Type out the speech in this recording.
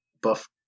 buff